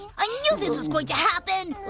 i knew this was going to happen!